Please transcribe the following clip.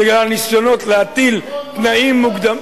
בגלל ניסיונות להטיל תנאים מוקדמים,